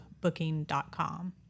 booking.com